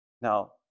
Now